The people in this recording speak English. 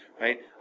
right